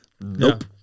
Nope